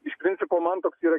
iš principo man toks yra